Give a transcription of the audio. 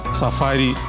safari